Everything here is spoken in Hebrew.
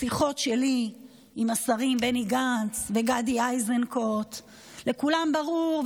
בשיחות שלי עם השרים בני גנץ וגדי איזנקוט לכולם ברור,